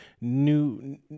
new